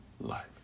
life